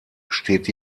steht